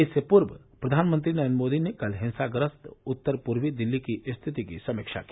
इससे पूर्व प्रधानमंत्री नरेन्द्र मोदी ने कल हिंसाग्रस्त उत्तर पूर्वी दिल्ली की स्थिति की समीक्षा की